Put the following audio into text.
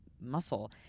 muscle